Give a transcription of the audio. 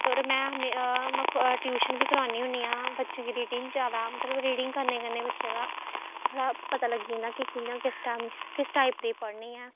ते होर में ट्यूशन बी करान्नी होन्नी आं बच्चें गी रीडिंग जैदा मतलब रीडिंग करने कन्नै बच्चे दा थोह्ड़ा पता लगी जंदा कि कि'यां किस किस टाइप किस टाइप दी पढ़नी ऐ